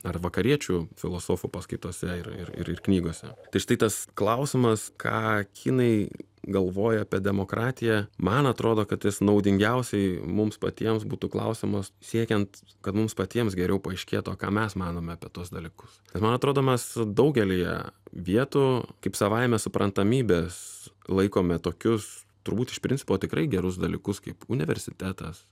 ar vakariečių filosofų paskaitose ir ir ir knygose tai štai tas klausimas ką kinai galvoja apie demokratiją man atrodo kad jis naudingiausiai mums patiems būtų klausimas siekiant kad mums patiems geriau paaiškėtų o ką mes manome apie tuos dalykus man atrodo mes daugelyje vietų kaip savaime suprantamybes laikome tokius turbūt iš principo tikrai gerus dalykus kaip universitetas